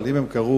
אבל אם הם קרו,